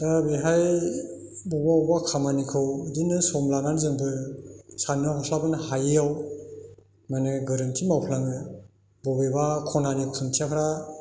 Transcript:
दा बेहाय बबेबा बबेबा खामानिखौ बिदिनो सम लानानै जोंबो सानना हस्लाबानो हायैयाव माने गोरोनथि मावफ्लाङो बबेबा खनानि खुन्थियाफ्रा